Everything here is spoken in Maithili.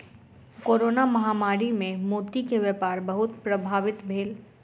कोरोना महामारी मे मोती के व्यापार बहुत प्रभावित भेल